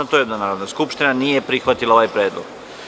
Konstatujem da Narodna skupština nije prihvatila ovaj predlog.